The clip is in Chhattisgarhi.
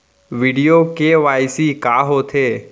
वीडियो के.वाई.सी का होथे